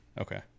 Okay